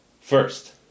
First